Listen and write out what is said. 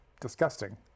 disgusting